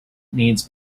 needs